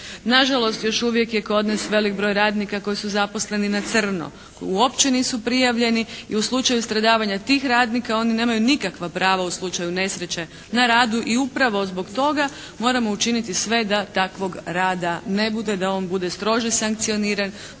Na žalost još uvijek kod nas veliki broj radnika koji su zaposleni na crno, koji uopće nisu prijavljeni i u slučaju stradavanja tih radnika oni nemaju nikakva prava u slučaju nesreće na radu i upravo zbog toga moramo učiniti sve da takvog rada ne bude, da on bude strože sankcioniran,